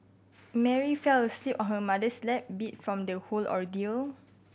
Mary fell asleep on her mother's lap beat from the whole ordeal